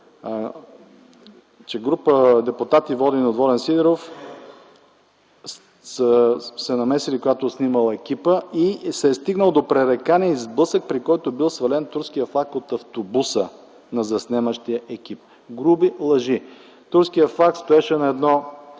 „…че група депутати водени от Волен Сидеров са се намесили, когато е снимал екипа, и се е стигнало до пререкания и сблъсък, при който е бил турският флаг от автобуса на заснемащия екип.” Груби лъжи! Турският флаг стоеше на една